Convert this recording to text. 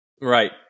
Right